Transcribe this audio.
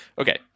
Okay